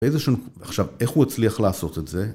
ואיזה שהוא... עכשיו, איך הוא הצליח לעשות את זה?